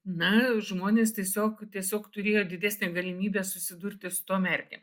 na žmonės tiesiog tiesiog turėjo didesnę galimybę susidurti su tom erkėm